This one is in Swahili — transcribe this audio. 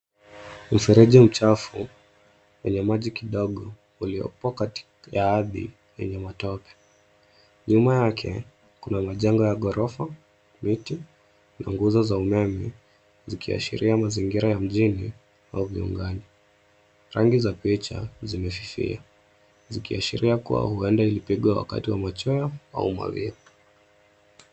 Mfereji mchafu wenye maji kidogo uliyopo kati ya ardhi yenye matope. Nyuma yake kuna majengo ya ghorofa, miti, na nguzo za umeme zikiashiria mazingira ya mjini au viungani. Rangi za picha zimefifia zikiashiria kuwa huenda ilipigwa wakati wa machweo au mawia.